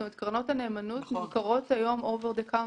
קרנות הנאמנות מוכרות היום over the counter